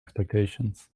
expectations